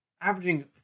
averaging